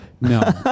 No